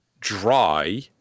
dry